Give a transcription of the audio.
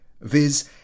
viz